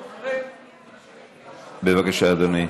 בבקשה, אדוני.